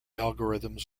algorithms